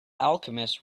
alchemist